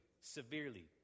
severely